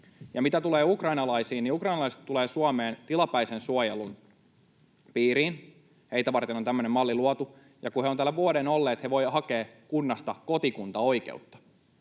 mitä tulee ukrainalaisiin, niin ukrainalaiset tulevat Suomeen tilapäisen suojelun piiriin. Heitä varten on tämmöinen malli luotu, ja kun he ovat täällä vuoden olleet, he voivat hakea kunnasta kotikuntaoikeutta.